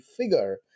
figure